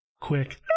Quick